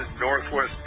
Northwest